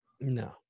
no